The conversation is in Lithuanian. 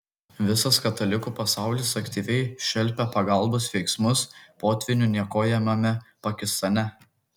visas katalikų pasaulis aktyviai šelpia pagalbos veiksmus potvynių niokojamame pakistane